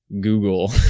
Google